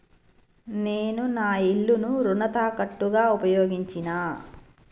నేను నా ఇల్లును రుణ తాకట్టుగా ఉపయోగించినా